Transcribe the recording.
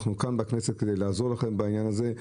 אנחנו כאן בכנסת כדי לעזור לכם בעניין הזה.